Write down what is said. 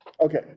Okay